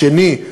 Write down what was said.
השני,